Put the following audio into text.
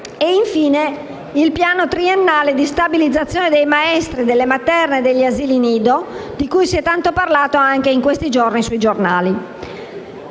infine il piano triennale di stabilizzazione dei maestri nelle scuole materne e negli asili nido, di cui si è tanto parlato, anche in questi giorni, sui giornali.